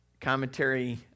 commentary